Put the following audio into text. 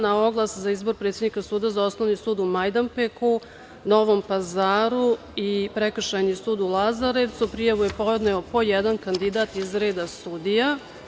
Na oglas za izbor predsednika suda za Osnovni sud u Majdanpeku, Novom Pazar i Prekršajni sud u Lazarevcu prijavu je podneo po jedan kandidat iz reda sudija.